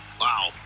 Wow